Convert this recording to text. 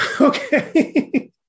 Okay